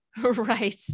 Right